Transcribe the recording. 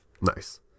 Nice